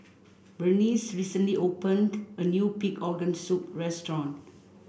Berneice recently opened a new pig organ soup restaurant